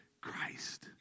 Christ